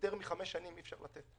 שבשורה של נושאים,